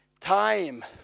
Time